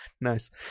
nice